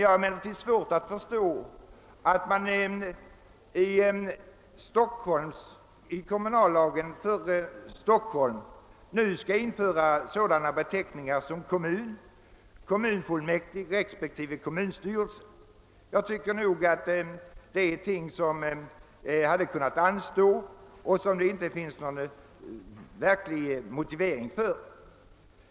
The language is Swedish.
Jag har emellertid svårt att förstå att man i kommunallagen för Stockholm nu skall införa sådana beteckningar som kommun, kommunfullmäktig respektive kommunstyrelse. Detta är ting som hade kunnat anstå och för vilka det inte finns någon verklig motivering.